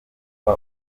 uba